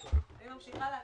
אני ממשיכה להקריא.